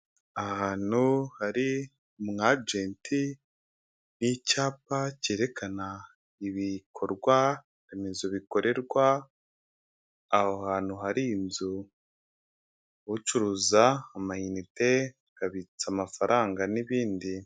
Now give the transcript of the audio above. Ahantu hari umu ageti n'icyapa cyerekana ibikorwaremezo bikorerwa aho hantu hari inzu ucuruza amayinite yabitsa amafaranga n'ibindi.